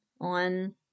on